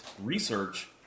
research